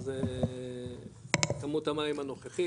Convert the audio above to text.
אז כמות המים הנוכחית,